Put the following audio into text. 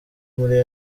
muri